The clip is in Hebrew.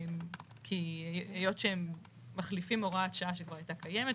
כי היות שהם מחליפים הוראת שעה שכבר הייתה קיימת,